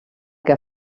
que